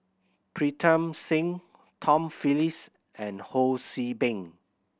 Pritam Singh Tom Phillips and Ho See Beng